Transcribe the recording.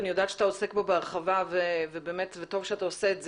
אני יודעת שאתה עוסק בו בהרחבה וטוב שאתה עושה את זה,